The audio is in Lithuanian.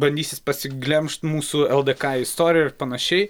bandysis pasiglemžt mūsų ldk istoriją ir panašiai